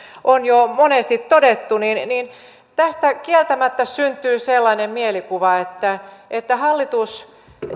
on jo monesti todettu tästä kieltämättä syntyy sellainen mielikuva että että hallitus